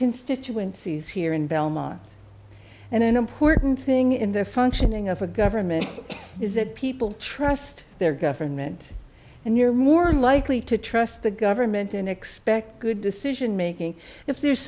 constituencies here in belmont and an important thing in the functioning of a government is that people trust their government and you're more likely to trust the government and expect good decision making if there's